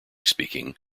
speaking